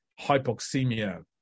hypoxemia